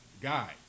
guy